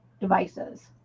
devices